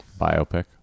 Biopic